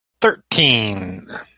Thirteen